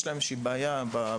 יש להם איזושהי בעיה בראש.